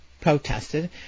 protested